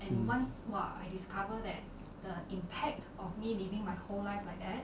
mm